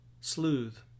Sleuth